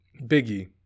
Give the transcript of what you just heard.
Biggie